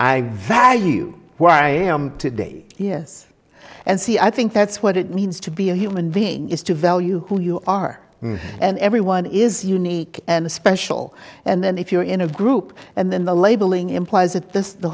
i value what i am today yes and see i think that's what it means to be a human being is to value who you are and everyone is unique and special and then if you're in a group and then the labeling implies that th